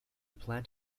plant